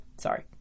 Sorry